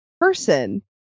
person